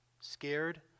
scared